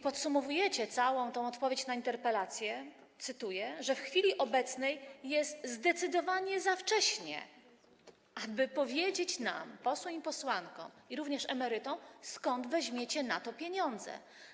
Podsumowujecie całą odpowiedź na interpelację tak: w chwili obecnej jest zdecydowanie za wcześnie, by powiedzieć nam, posłom i posłankom, jak również emerytom, skąd weźmiecie na to pieniądze.